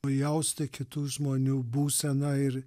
pajausti kitų žmonių būseną ir